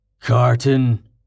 Carton